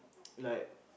like